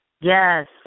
Yes